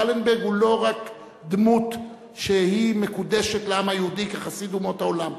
ולנברג הוא לא רק דמות מקודשת לעם היהודי כחסיד אומות העולם.